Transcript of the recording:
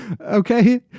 okay